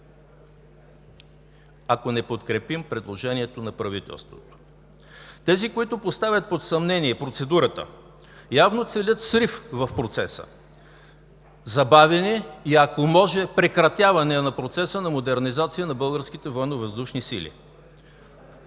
ако не подкрепим предложението на правителството? Тези, които поставят под съмнение процедурата, явно целят срив в процеса, забавяне и ако може – прекратяване на процеса на модернизация на българските военновъздушни сили.